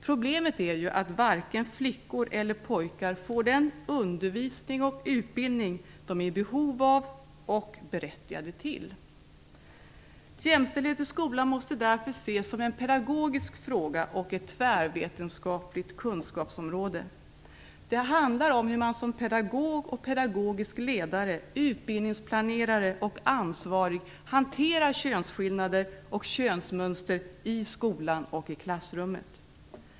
Problemet är ju att varken pojkar eller flickor får den undervisning och utbildning som de är i behov av och berättigade till. Jämställdhet i skolan måste därför ses som en pedagogisk fråga och ett tvärvetenskapligt kunskapsområde. Det handlar om hur man som pedagog och pedagogisk ledare, utbildningsplanerare och ansvarig hanterar könsskillnader och könsmönster i skolan och i klassrummet.